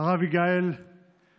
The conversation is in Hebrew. הרב יגאל לוינשטיין,